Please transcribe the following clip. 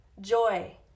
joy